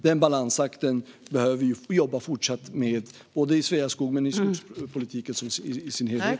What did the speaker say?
Den balansakten behöver vi jobba vidare med, både i Sveaskog och i skogspolitiken som helhet.